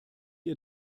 ihr